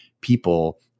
people